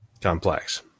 complex